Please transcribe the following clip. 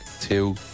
two